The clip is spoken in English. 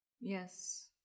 Yes